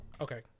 Okay